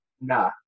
nah